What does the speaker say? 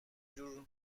جور